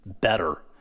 better